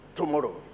Tomorrow